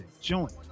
joint